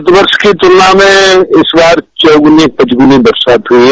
गत वर्ष की तुलना मे इस बार चौगूनी पचगूनी बरसात हुई है